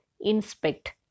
Inspect